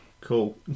Cool